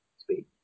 speak